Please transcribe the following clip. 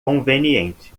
conveniente